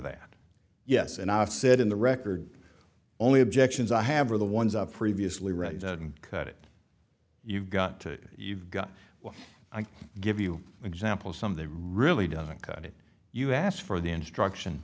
that yes and i've said in the record only objections i have are the ones i've previously read and cut it you've got to you've got well i can give you an example of something really doesn't cut it you asked for the instruction